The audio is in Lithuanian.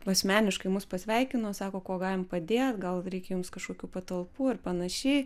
asmeniškai mus pasveikino sako kuo galim padėt gal reikia jums kažkokių patalpų ar panašiai